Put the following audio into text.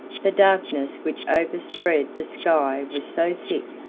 the darkness which overspread the sky was so thick,